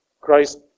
Christ